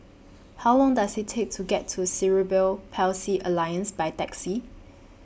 How Long Does IT Take to get to Cerebral Palsy Alliance By Taxi